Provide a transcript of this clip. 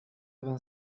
vingt